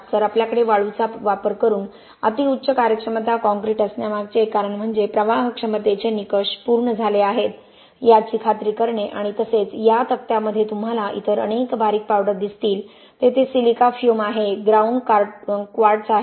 तर आपल्याकडे वाळूचा वापर करून अति उच्च कार्यक्षमता काँक्रीट असण्यामागचे एक कारण म्हणजे प्रवाहक्षमतेचे निकष पूर्ण झाले आहेत याची खात्री करणे आणि तसेच या तक्त्यामध्ये तुम्हाला इतर अनेक बारीक पावडर दिसतील तेथे सिलिका फ्युम आहे ग्राउंड क्वार्ट्ज आहे